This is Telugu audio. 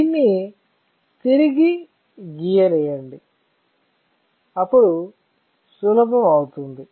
దీన్ని తిరిగి గీయనీయండి అప్పుడు సులభం అవుతుంది